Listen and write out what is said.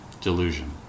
delusion